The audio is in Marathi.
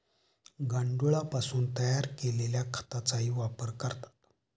गांडुळापासून तयार केलेल्या खताचाही वापर करतात